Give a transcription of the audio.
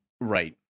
right